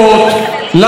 לחשוב,